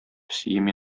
песием